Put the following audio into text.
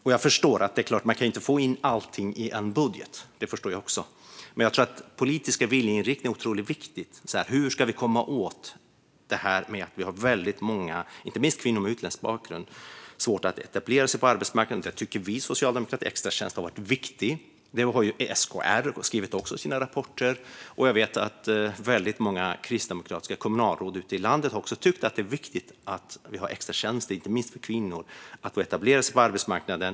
Det är klart att man inte kan få in allting i en budget. Det förstår jag också. Men jag tror att den politiska viljeinriktningen är otroligt viktig. Hur ska vi komma åt att vi har väldigt många, inte minst kvinnor med utländsk bakgrund, som har svårt att etablera sig på arbetsmarknaden? Där tycker vi socialdemokrater att extratjänsterna har varit viktiga. Det har också SKR skrivit i sina rapporter. Jag vet att även väldigt många kristdemokratiska kommunalråd ute i landet har tyckt att det är viktigt med extratjänster så att inte minst kvinnor kan etablera sig på arbetsmarknaden.